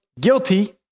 guilty